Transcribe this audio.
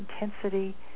intensity